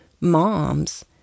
moms